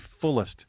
fullest